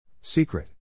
Secret